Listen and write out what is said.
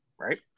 right